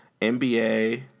NBA